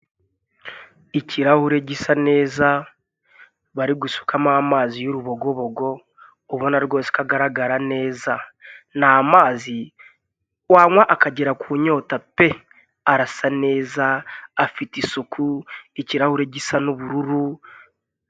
Ikirahure gisa neza bari gusukamo amazi y'urubogobogo ubona rwose ko agaragara neza, ni amazi wanywa akagera ku nyota pe arasa neza, afite isuku, ikirahure gisa n'ubururu.